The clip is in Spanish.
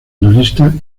analista